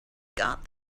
got